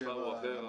המספר הוא אחר.